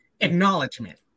Acknowledgement